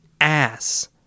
ass